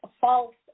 false